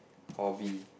Hall B